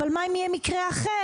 אבל מה אם יהיה מקרה אחר?